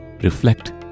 reflect